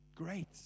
Great